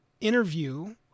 interview